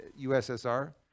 USSR